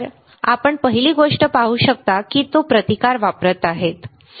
तर आपण पहिली गोष्ट पाहू शकता की तो प्रतिकार वापरत आहे बरोबर